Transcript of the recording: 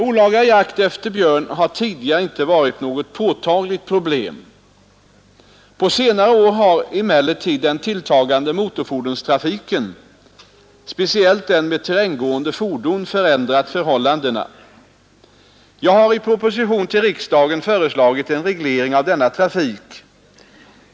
Olaga jakt efter björn har tidigare inte varit något påtagligt problem. På senare år har emellertid den tilltagande motorfordonstrafiken, speciellt den med terränggående fordon, förändrat förhållandena. Jag har i proposition till riksdagen föreslagit en reglering av denna trafik.